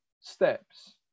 steps